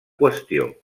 qüestió